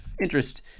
interest